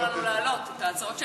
לא נתנו לנו להעלות את ההצעות שלנו,